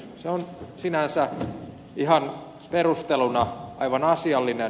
se on sinänsä perusteluna aivan asiallinen